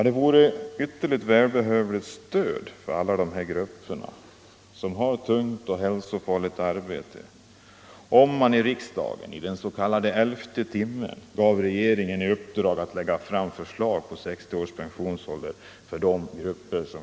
Det vore ett ytterligt välbehövligt stöd för alla dessa grupper som har tungt och hälsofarligt arbete om riksdagen i den s.k. elfte timmen gav regeringen i uppdrag att lägga fram förslag om pension vid 60 års ålder för dessa grupper.